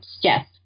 yes